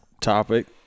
topic